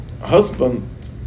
husband